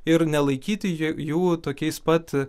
ir nelaikyti jų tokiais pat